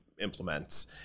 implements